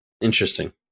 Interesting